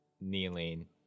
kneeling